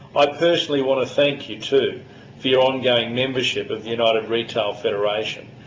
i personally want to thank you too for your ongoing membership of the united retail federation.